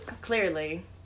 clearly